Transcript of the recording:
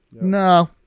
No